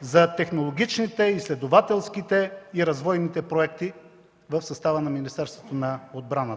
за технологичните, изследователските и развойните проекти в състава на Министерството на отбрана.